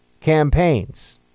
campaigns